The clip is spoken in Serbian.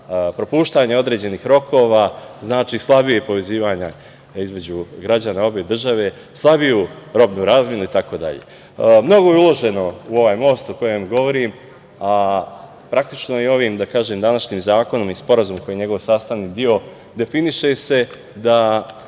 propuštanje određenih rokova, znači slabije povezivanje između građana obe država, slabiju robnu razmenu, itd. Mnogo je uloženo u ovaj most o kojem govorim, a praktično i ovi današnjim zakonom i Sporazum koji je njegov sastavni deo definiše se i